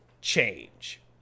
change